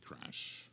crash